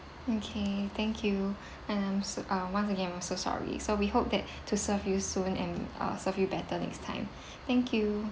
okay thank you and I'm uh once again I'm so sorry so we hope that to serve you soon and uh serve you better next time thank you